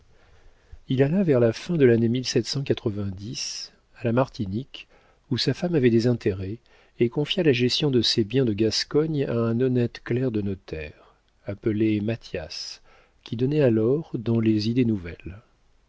il alla vers la fin de l'année à la martinique où sa femme avait des intérêts et confia la gestion de ses biens de gascogne à un honnête clerc de notaire appelé mathias qui donnait alors dans les idées nouvelles